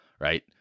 right